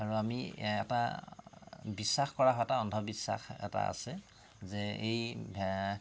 আৰু আমি এটা বিশ্বাস কৰা এটা অন্ধবিশ্বাস এটা আছে যে এই